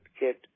get